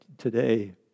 today